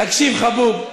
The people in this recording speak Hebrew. תקשיב, חבוב.